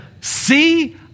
see